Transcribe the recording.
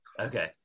Okay